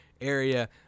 area